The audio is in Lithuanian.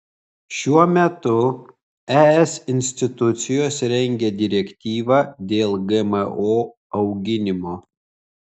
šiuo metu es institucijos rengia direktyvą dėl gmo auginimo